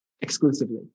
exclusively